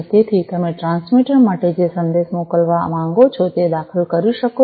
તેથી તમે ટ્રાન્સમીટર માંથી જે સંદેશ મોકલવા માંગો છો તે દાખલ કરી શકો છો